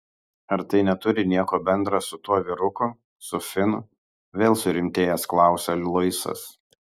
ar tai neturi nieko bendra su tuo vyruku su finu vėl surimtėjęs klausia luisas